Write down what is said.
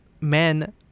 men